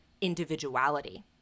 individuality